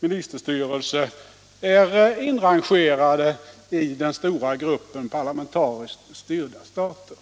ministerstyrelse är inrangerade i den stora gruppen parlamentariskt styrda stater.